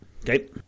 Okay